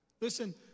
Listen